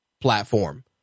platform